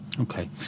Okay